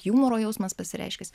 jumoro jausmas pasireiškęs